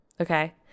okay